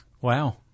Wow